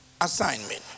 assignment